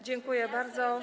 Dziękuję bardzo.